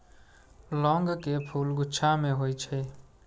लौंग के फूल गुच्छा मे होइ छै